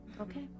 Okay